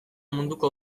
munduko